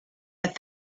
but